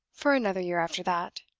for another year after that.